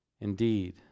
Indeed